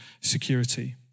security